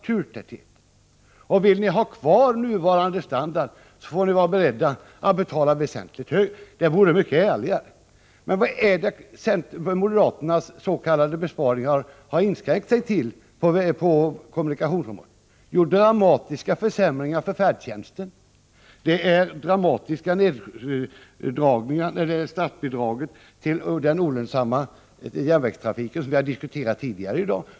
Vill människorna ha kvar nuvarande standard, får de vara beredda att betala väsentligt mer. Det vore mycket ärligare att säga så. Vad har moderaternas s.k. besparingar på kommunikationsområdet inskränkt sig till? Jo, dramatiska försämringar av färdtjänsten och dramatiska minskningar av statsbidragen till den olönsamma järnvägstrafiken, vilken vi har diskuterat tidigare i dag.